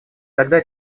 тогда